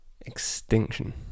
Extinction